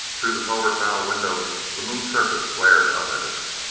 through the forward bow windows the moon surface glared up at us.